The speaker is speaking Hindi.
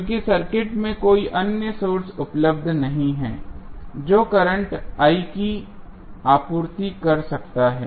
क्योंकि सर्किट में कोई अन्य सोर्स उपलब्ध नहीं है जो करंट की आपूर्ति कर सकता है